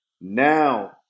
Now